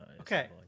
Okay